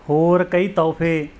ਹੋਰ ਕਈ ਤੋਹਫੇ